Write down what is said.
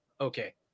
okay